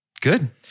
Good